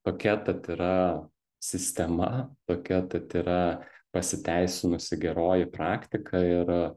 tokia tat yra sistema tokia tat yra pasiteisinusi geroji praktika ir